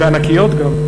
וענקיות גם.